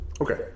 Okay